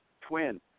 twin